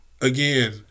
again